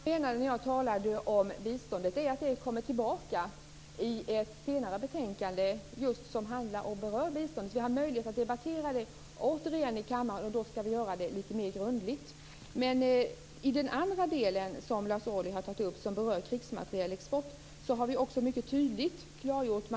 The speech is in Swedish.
Herr talman! Jag menade att biståndet kommer att tas upp i ett senare betänkande som just skall handla om bistånd. Då får vi möjlighet att debattera frågan i kammaren - och då lite mer grundligt. Lars Ohly tog upp frågan om krigsmaterielexport. Där har majoritetens inställning tydligt klargjorts.